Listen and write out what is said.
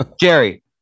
Jerry